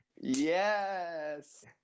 Yes